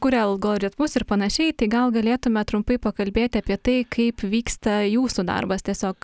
kuria algoritmus ir panašiai tai gal galėtume trumpai pakalbėti apie tai kaip vyksta jūsų darbas tiesiog